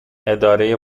اداره